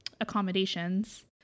accommodations